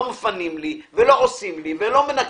לא מפנים לי ולא עושים לי ולא מנקים,